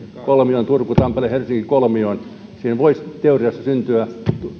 kolmioon turku tampere helsinki kolmioon sinne voisi teoriassa syntyä